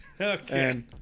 Okay